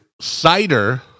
cider